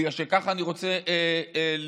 בגלל שככה אני רוצה להסתכל.